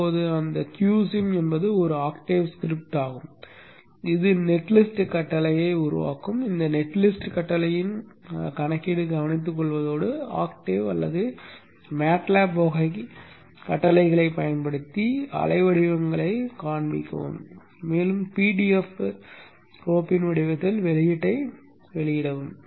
இப்போது அந்த q sim என்பது ஒரு ஆக்டேவ் ஸ்கிரிப்ட் ஆகும் இது நெட் லிஸ்ட் கட்டளையை உருவாக்கும் இந்த நெட் லிஸ்ட் கட்டளையின் சிக்கலைக் கவனித்துக்கொள்வதோடு ஆக்டேவ் அல்லது மேட்லாப் வகை கட்டளைகளைப் பயன்படுத்தி அலைவடிவங்களைக் காண்பிக்கவும் மேலும் pdf கோப்பின் வடிவத்தில் வெளியீட்டை வெளியிடவும்